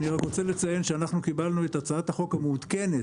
אני רק רוצה לציין שאנחנו קיבלנו את הצעת החוק המעודכנת